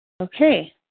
Okay